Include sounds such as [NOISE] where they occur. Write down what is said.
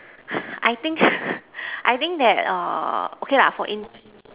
[BREATH] I think [BREATH] I think that err okay lah for in